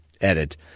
edit